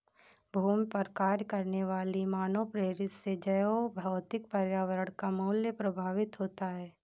भूमि पर कार्य करने वाली मानवप्रेरित से जैवभौतिक पर्यावरण का मूल्य प्रभावित होता है